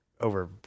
over